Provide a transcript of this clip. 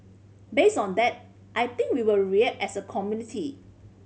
based on that I think we will react as a community